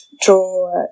draw